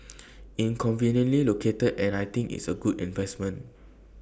in conveniently located and I think it's A good investment